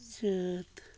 ᱪᱟᱹᱛ